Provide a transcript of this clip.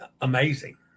amazing